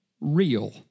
real